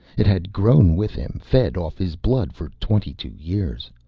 it had grown with him, fed off his blood for twenty-two years,